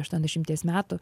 aštuoniasdešimties metų